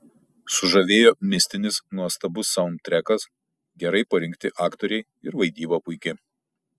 sužavėjo mistinis nuostabus saundtrekas gerai parinkti aktoriai ir vaidyba puiki